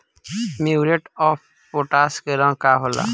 Muriate of potash के रंग का होला?